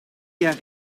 jaar